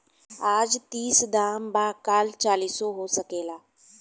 आज तीस दाम बा काल चालीसो हो सकेला